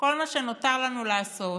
כל מה שנותר לנו לעשות